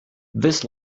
this